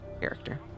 character